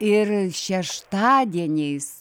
ir šeštadieniais